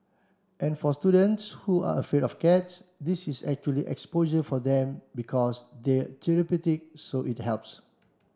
and for students who are afraid for cats this is actually exposure for them because they're therapeutic so it helps